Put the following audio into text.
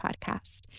podcast